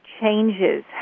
changes